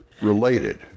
related